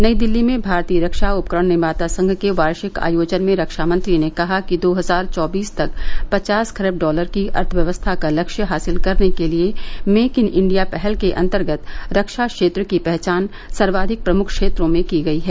नई दिल्ली में भारतीय रक्षा उपकरण निर्माता संघ के वार्षिक आयोजन में रक्षामंत्री ने कहा कि दो हजार चौबीस तक पचास खरब डॉलर की अर्थव्यवस्था का लक्ष्य हासिल करने के लिए मेक इन इंडिया पहल के अंतर्गत रक्षा क्षेत्र की पहचान सर्वाधिक प्रमुख क्षेत्रों में की गई है